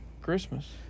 Christmas